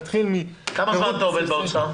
מפירוט --- כמה זמן אתה עובד באוצר?